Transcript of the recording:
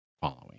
following